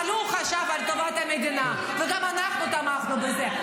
אבל הוא חשב על טובת המדינה, וגם אנחנו תמכנו בזה.